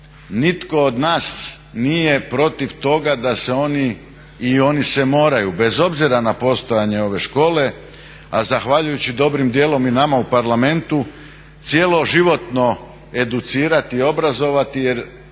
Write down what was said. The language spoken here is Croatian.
Nitko od nas nije protiv toga da se oni i oni se moraju, bez obzira na postojanje ove škole, a zahvaljujući dobrim dijelom i nama u parlamentu cjeloživotno educirati, obrazovati jer